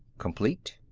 complete,